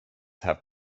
have